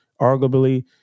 arguably